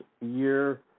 year